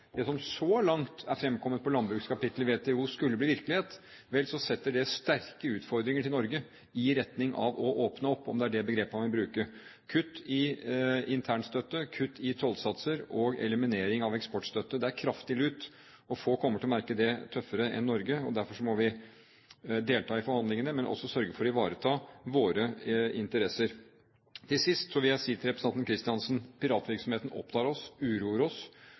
det som så langt er fremkommet på landbrukskapittelet i WTO, skulle bli virkelighet, setter det sterke utfordringer til Norge i retning av å åpne opp, om det er det begrepet man vil bruke. Kutt i internstøtte, kutt i tollsatser og eliminering av eksportstøtte – det er kraftig lut, og få kommer til å merke det tøffere enn Norge. Derfor må vi delta i forhandlingene, men også sørge for å ivareta våre interesser. Til sist vil jeg si til representanten Kristiansen: Piratvirksomheten opptar oss, uroer oss,